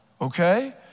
okay